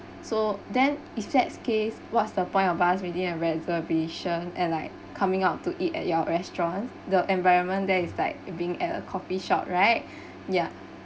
so then it's that case what's the point of us we need a reservation and like coming out to eat at your restaurant the environment there is like being at a coffee shop right ya